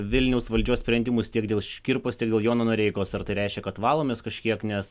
vilniaus valdžios sprendimus tiek dėl škirpos tiek dėl jono noreikos ar tai reiškia kad valomės kažkiek nes